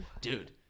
Dude